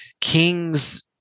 King's